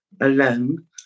alone